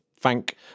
thank